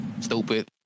stupid